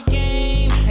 game